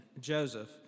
Joseph